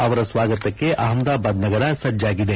ಅವರ ಸ್ನಾಗತಕ್ಕೆ ಅಪ್ಪದಾಬಾದ್ನಗರ ಸಜ್ಜಾಗಿದೆ